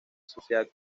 sociedad